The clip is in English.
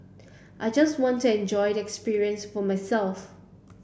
I just wanted enjoy the experience for myself